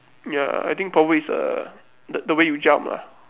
ya I think probably is uh the the way you jump lah